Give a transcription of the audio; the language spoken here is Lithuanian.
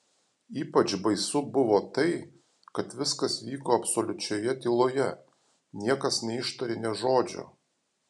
ypač baisu buvo tai kad viskas vyko absoliučioje tyloje niekas neištarė nė žodžio